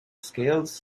scales